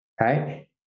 right